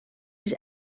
his